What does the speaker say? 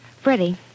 Freddie